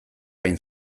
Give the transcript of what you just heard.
hain